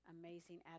amazing